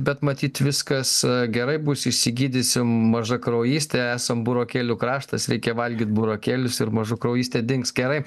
bet matyt viskas gerai bus išsigydysim mažakraujystę esam burokėlių kraštas reikia valgyt burokėlius ir mažakraujystė dings gerai